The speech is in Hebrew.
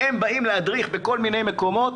והם באים להדריך בכל מיני מקומות